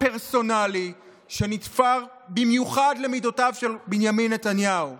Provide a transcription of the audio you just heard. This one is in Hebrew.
פרסונלי שנתפר במיוחד למידותיו של בנימין נתניהו.